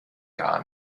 gar